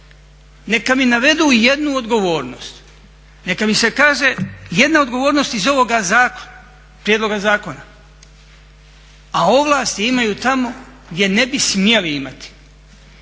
Neka mi navedu jednu odgovornost, neka mi se kaže jedna odgovornost iz ovoga prijedloga zakona, a ovlasti imaju tamo gdje ne bi smjeli imati.